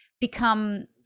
become